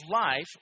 life